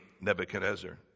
Nebuchadnezzar